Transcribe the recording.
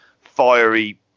fiery